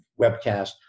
webcast